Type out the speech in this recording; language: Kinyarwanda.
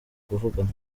kuvugana